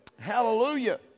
Hallelujah